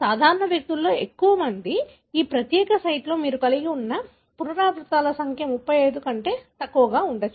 సాధారణ వ్యక్తులలో ఎక్కువమంది ఈ ప్రత్యేక సైట్లో మీరు కలిగి ఉన్న పునరావృతాల సంఖ్య 35 కంటే తక్కువగా ఉండవచ్చు